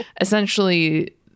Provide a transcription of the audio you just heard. essentially